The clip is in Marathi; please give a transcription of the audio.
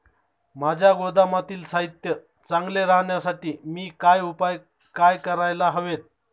माझ्या गोदामातील साहित्य चांगले राहण्यासाठी मी काय उपाय काय करायला हवेत?